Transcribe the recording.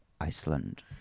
Iceland